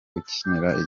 ukinira